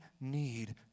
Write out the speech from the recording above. need